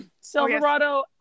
silverado